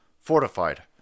Fortified